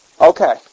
Okay